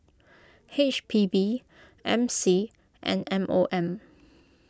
H P B M C and M O M